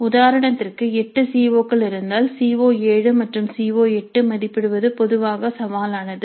உதாரணத்திற்கு 8 C O கள் இருந்தால் சி ஓ 7 மற்றும் சி ஓ 8 மதிப்பிடுவது பொதுவாக சவாலானது